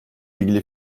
ilgili